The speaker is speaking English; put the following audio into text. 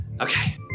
okay